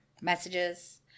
messages